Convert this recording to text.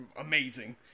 amazing